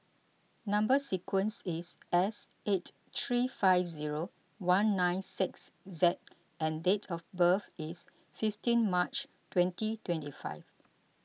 Number Sequence is S eight three five zero one nine six Z and date of birth is fifteen March twenty twenty five